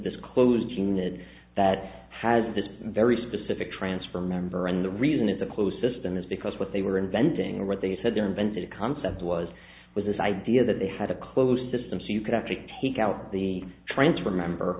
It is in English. this closed unit that has this very specific transfer member and the reason it's a closed system is because what they were inventing or what they said there invented a concept was was this idea that they had a closed system so you could actually take out the transfer member